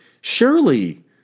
Surely